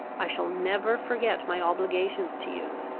i shall never forget my obligations to you,